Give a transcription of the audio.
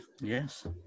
yes